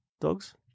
Dogs